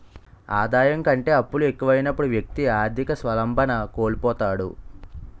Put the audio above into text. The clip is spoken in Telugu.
ఆదాయం కంటే అప్పులు ఎక్కువైనప్పుడు వ్యక్తి ఆర్థిక స్వావలంబన కోల్పోతాడు